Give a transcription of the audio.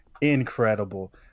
incredible